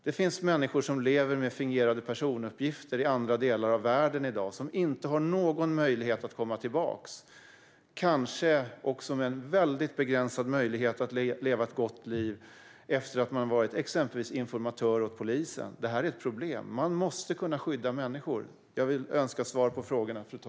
Det finns människor som lever med fingerade personuppgifter i andra delar av världen i dag, som inte har någon möjlighet att komma tillbaka och som kanske också har mycket begränsade möjligheter att leva ett gott liv efter att de har varit exempelvis informatörer åt polisen. Detta är ett problem. Man måste kunna skydda människor. Jag önskar svar på frågorna.